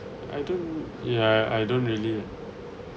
I don't ya I don't really ah